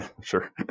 Sure